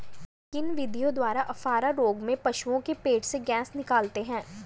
किन विधियों द्वारा अफारा रोग में पशुओं के पेट से गैस निकालते हैं?